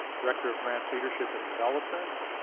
director of grants leadership and development.